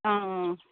অঁ অঁ